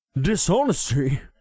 Dishonesty